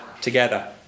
together